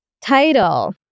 Title